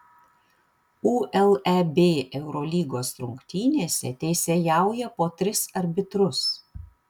uleb eurolygos rungtynėse teisėjauja po tris arbitrus